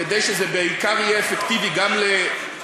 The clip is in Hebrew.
כדי שזה יהיה בעיקר אפקטיבי גם לחלשים,